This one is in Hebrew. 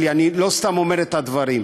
אלי, אני לא סתם אומר את הדברים.